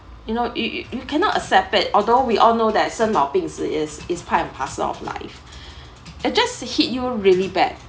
you know y~ y~ you cannot accept that although we all know that 生老病死 is is part and parcel of life it just hit you really bad